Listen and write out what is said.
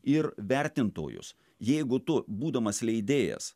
ir vertintojus jeigu tu būdamas leidėjas